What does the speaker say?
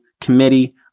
committee